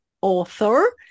author